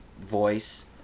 voice